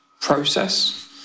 process